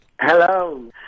Hello